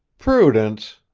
prudence,